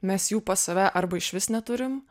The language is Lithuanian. mes jų pas save arba išvis neturim